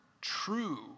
true